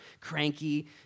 cranky